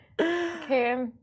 Okay